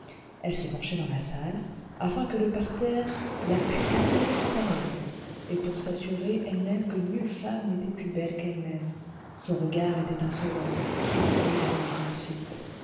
elle se penchait dans la salle afin que le parterre la pût admirer tout à l'aise et pour s'assurer elle-même que nulle femme n'était plus belle qu'elle-même son regard était insolent son sourire était une insulte